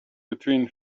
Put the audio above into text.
between